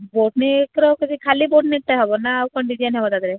boat ନେକ୍ର କରି ଖାଲି ବୋଟ୍ ନେକ୍ଟା ହବ ନା ଆଉ କ'ଣ ଡିଜାଇନ୍ ହବ ତା' ଦେହରେ